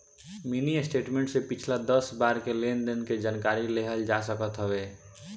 mini statement से पिछला दस बार के लेनदेन के जानकारी लेहल जा सकत हवे